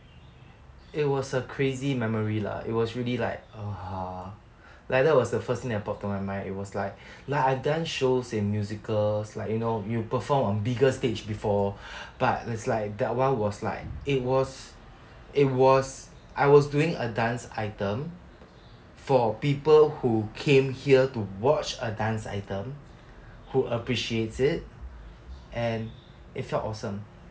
it was a crazy memory lah it was really like (uh huh) like that was the first thing that pop to my mind it was like lah I done shows and musicals like you know you perform on bigger stage before but that's like that one was like it was it was I was doing a dance item for people who came here to watch a dance item who appreciate it and it felt awesome